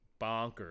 bonkers